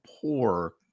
poor